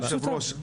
כבוד יושב הראש,